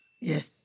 Yes